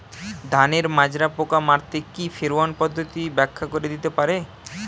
ধানের মাজরা পোকা মারতে কি ফেরোয়ান পদ্ধতি ব্যাখ্যা করে দিতে পারে?